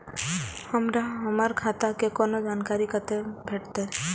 हमरा हमर खाता के कोनो जानकारी कतै भेटतै?